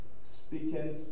speaking